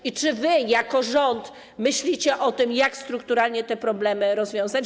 I czy wy jako rząd myślicie o tym, jak strukturalnie te problemy rozwiązać?